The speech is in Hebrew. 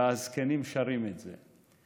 והזקנים שרים את זה.